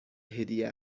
هدیه